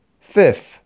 Fifth